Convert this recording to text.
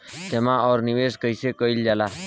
जमा और निवेश कइसे कइल जाला?